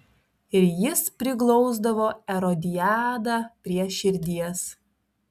ir jis priglausdavo erodiadą prie širdies